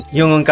yung